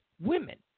women